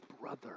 brother